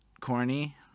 corny